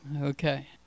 Okay